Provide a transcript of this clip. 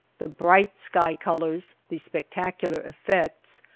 the bright sky-colors, the spectacular effects,